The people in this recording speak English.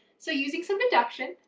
so using some deduction,